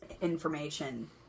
information